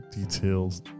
details